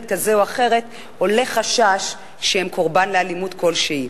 כזה או אחר עולה חשש שהם קורבן לאלימות כלשהי,